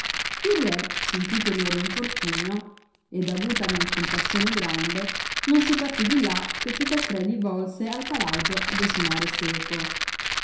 il re sentito il loro infortunio ed avutane compassione grande non si partì di là che tutta tre gli volse al palagio a desinare seco